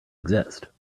exist